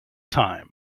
time